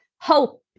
hope